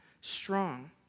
strong